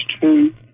two